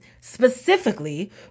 specifically